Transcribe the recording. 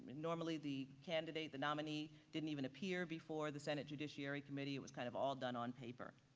normally the candidate, the nominee didn't even appear before the senate judiciary committee, it was kind of all done on paper.